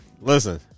Listen